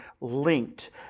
linked